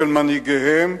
של מנהיגיהן,